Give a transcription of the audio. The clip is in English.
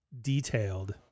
Detailed